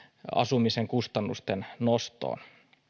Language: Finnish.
asumisen kustannusten nostoon